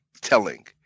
telling